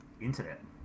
internet